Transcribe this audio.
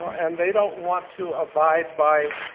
and they don't want to abide by